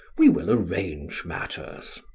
we will arrange matters.